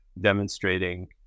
demonstrating